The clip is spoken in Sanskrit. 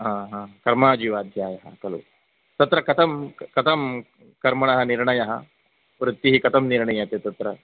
हा हा कर्माजीवाध्यायः खलु तत्र कथं कथं कर्मणः निर्णयः वृत्तिः कथं निर्णीयते तत्र